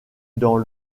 dans